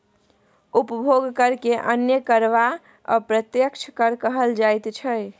उपभोग करकेँ अन्य कर वा अप्रत्यक्ष कर कहल जाइत छै